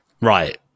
Right